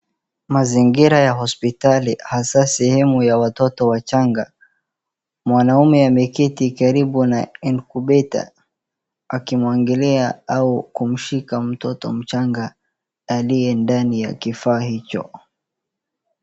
Mazingira ya hosipitali hasa sehemu ya watoto wachanga. Mwanaume ameketi karibu na incubator akimuangalia au kumshika mtoto mchanga aliye ndani ya kifaa hicho.